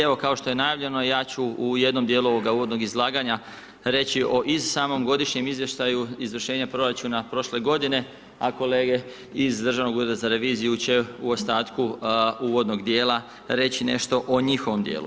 Evo kao što je najavljeno ja ću u jednom dijelu ovoga uvodnog izlaganja reći o i samom godišnjem izvještaju izvršenja proračuna prošle g. a kolege iz Državnog ureda za reviziju će u ostatku uvodnog dijela, reći nešto o njihovom dijelu.